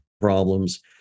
problems